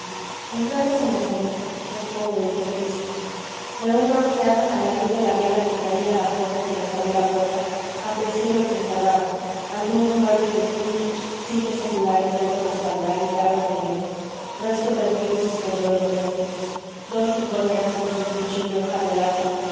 entramos en la salita qué pobre y qué triste de una ojeada a la luz de la vela que traía la joven que nos abrió la puerta aprecié lo que encerraba algunos muebles vetustos sillas seculares de alto respaldar y garras de león resto de antiguos esplendores domésticos dos rinconeras con sus nichos de hoja de lata